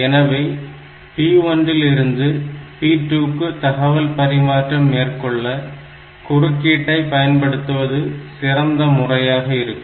எனவே P1 இல் இருந்து P2 க்கு தகவல் பரிமாற்றம் மேற்கொள்ள குறுக்கீட்டை பயன்படுத்துவது சிறந்த முறையாக இருக்கும்